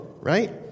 right